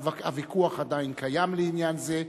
הוויכוח עדיין קיים בעניין זה.